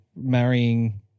marrying